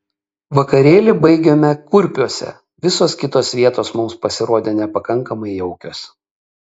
vakarėlį baigėme kurpiuose visos kitos vietos mums pasirodė nepakankamai jaukios